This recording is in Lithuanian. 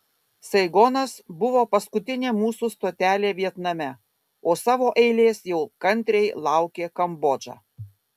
saigonas buvo paskutinė mūsų stotelė vietname o savo eilės jau kantriai laukė kambodža